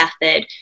method